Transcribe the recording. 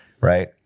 right